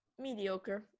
mediocre